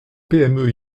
pme